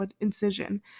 incision